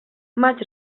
maig